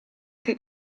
che